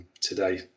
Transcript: today